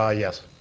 ah yes.